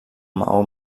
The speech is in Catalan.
maó